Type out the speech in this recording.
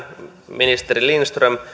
ministeri lindström